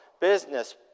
business